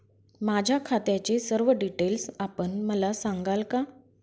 माझ्या खात्याचे सर्व डिटेल्स आपण मला सांगाल का?